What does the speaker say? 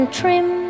trim